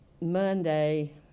Monday